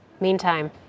Meantime